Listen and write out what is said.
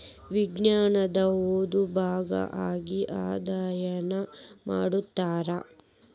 ವಿಜ್ಞಾನದ ಒಂದು ಭಾಗಾ ಆಗಿ ಅದ್ಯಯನಾ ಮಾಡತಾರ